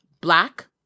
black